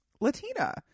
latina